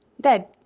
dead